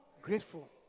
Grateful